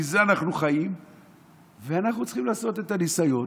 מזה אנחנו חיים ואנחנו צריכים לעשות את הניסיון.